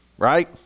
Right